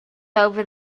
over